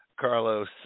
Carlos